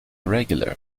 regular